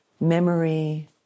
memory